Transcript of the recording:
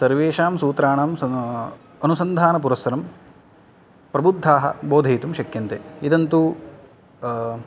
सर्वेषां सूत्राणां अनुसन्धानपुरस्सरं प्रबुद्धाः बोधयितुं शक्यन्ते इदन्तु